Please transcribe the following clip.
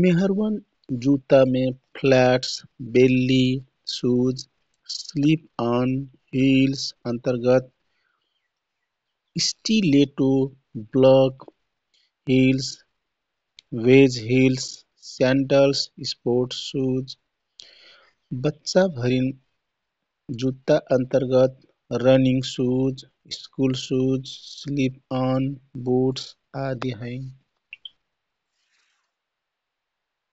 मेहरूवन जुत्तामे flats ballet shoes, slip on, heels अन्तरगत stiletto, block heels, wedge heels, sandals, sports shoes. बच्चा भरिन जुत्ता अन्तरगत running shoes, school shoes, slip on boots आदि हैँ।